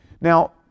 Now